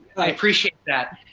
i appreciate that.